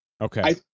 okay